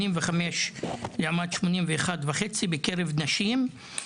תוחלת החיים היא כ-85 שנים אצל נשים יהודיות לעומת 81.5 אצל